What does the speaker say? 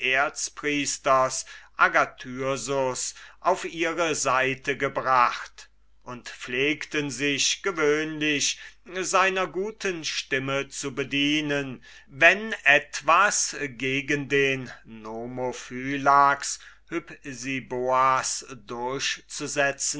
agathyrsus auf ihre seite gebracht und pflegten sich gewöhnlich seiner guten stimme zu bedienen wenn etwas gegen den nomophylax hypsiboas durchzusetzen